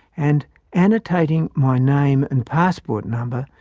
and annotating my name and passport number,